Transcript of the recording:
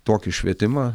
tokį švietimą